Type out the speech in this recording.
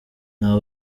nta